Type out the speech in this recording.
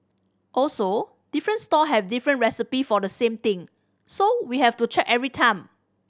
also different stall have different recipe for the same thing so we have to check every time